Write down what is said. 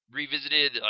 Revisited